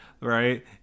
right